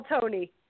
Tony